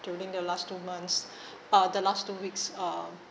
during the last two months uh the last two weeks um